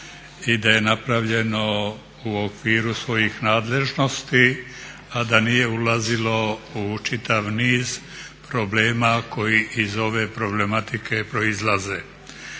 i da je napravljeno u okviru svojih nadležnosti, a da nije ulazilo u čitav niz problema koji iz ove problematike proizlaze.